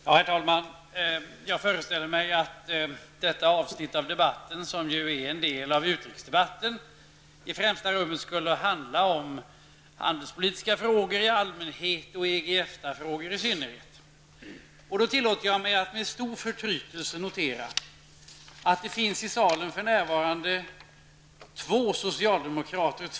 Herr talman! Jag föreställer mig att detta avsnitt av debatten, som ju är en del av utrikesdebatten, i främsta rummet skall handla om handelspolitiska frågor i allmänhet och EG--EFTA-frågor i synnerhet. Då tillåter jag mig att med stor förtrytelse notera att det för närvarande finns två socialdemokrater i salen.